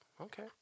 okay